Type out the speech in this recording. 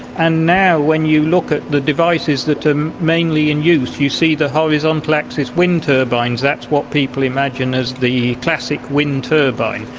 and now when you look at the devices that are and mainly in use, you see the horizontal axis wind turbines, that's what people imagine as the classic wind turbine.